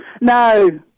No